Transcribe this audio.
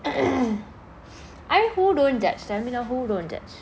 I mean who don't judge tell me who don't judge